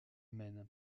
mène